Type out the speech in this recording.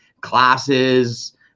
classes